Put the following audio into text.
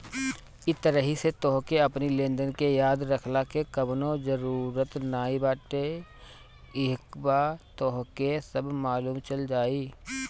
इ तरही से तोहके अपनी लेनदेन के याद रखला के कवनो जरुरत नाइ बाटे इहवा तोहके सब मालुम चल जाई